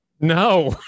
No